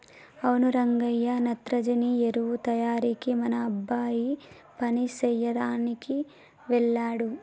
అవును రంగయ్య నత్రజని ఎరువు తయారీకి మన అబ్బాయి పని సెయ్యదనికి వెళ్ళాడు